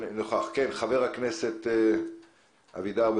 חבר הכנסת אבידר,